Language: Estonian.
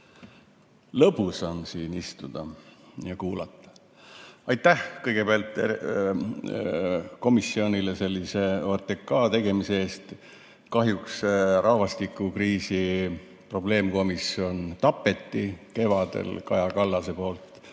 Lõbus on siin istuda ja kuulata. Aitäh kõigepealt komisjonile sellise OTRK tegemise eest! Kahjuks rahvastikukriisi probleemkomisjon tapeti kevadel Kaja Kallase poolt.